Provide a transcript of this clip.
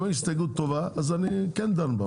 אם ההסתייגות טובה, אז אני דן בה.